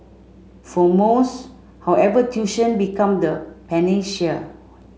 for most however tuition become the panacea